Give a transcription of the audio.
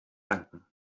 danken